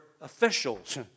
officials